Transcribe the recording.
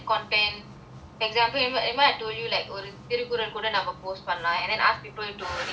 example remember I told you like ஒரு திருக்குறள் கூட நம்ம:oru thirukural kuda namma post பண்ணலாம்:pannalaam and then ask people to reply to the Thirukkural